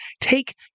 take